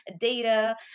data